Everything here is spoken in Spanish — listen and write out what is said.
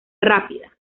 rápida